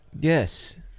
Yes